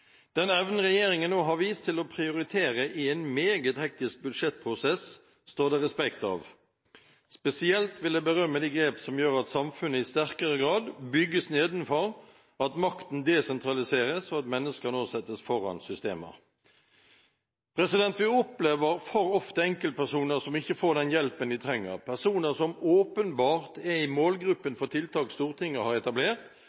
Den evnen til å prioritere i en meget hektisk budsjettprosess som regjeringen nå har vist, står det respekt av. Spesielt vil jeg berømme de grep som gjør at samfunnet i sterkere grad bygges nedenfra, at makten desentraliseres, og at mennesker nå settes foran systemer. Vi opplever for ofte enkeltpersoner som ikke får den hjelpen de trenger, personer som åpenbart er i